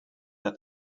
that